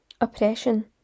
oppression